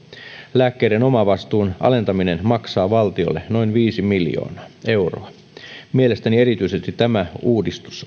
lääkkeiden omavastuun alentaminen maksaa valtiolle noin viisi miljoonaa euroa mielestäni erityisesti tämä uudistus